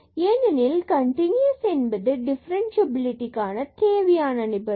ஏனெனில் கன்டினுயஸ் என்பது டிஃபரன்ஸ்சியபிலிடிக்கான தேவையான நிபந்தனை